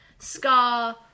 Scar